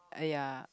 and ya